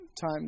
time